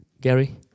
Gary